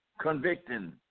convicting